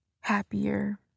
happier